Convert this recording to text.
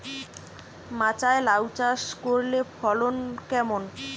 মাচায় লাউ চাষ করলে ফলন কেমন?